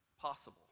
possible